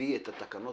מביא את התקנות